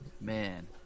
man